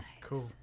cool